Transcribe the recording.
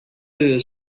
you